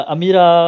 Amira